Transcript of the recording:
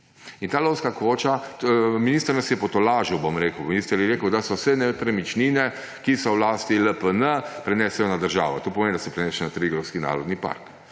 neka lovska koča. Minister nas je potolažil in je rekel, da se vse nepremičnine, ki so v lasti LPN, prenesejo na državo. To pomeni, da se prenese na Triglavski narodni park.